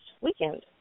weekend